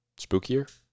Spookier